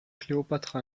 kleopatra